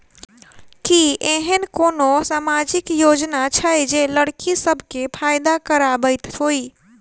की एहेन कोनो सामाजिक योजना छै जे लड़की सब केँ फैदा कराबैत होइ?